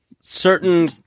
certain